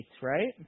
right